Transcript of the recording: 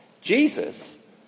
Jesus